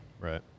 Right